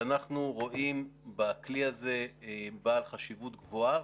שאנחנו רואים את הכלי הזה כבעל חשיבות גבוהה,